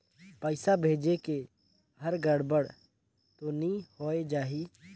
पइसा भेजेक हर गड़बड़ तो नि होए जाही?